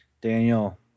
Daniel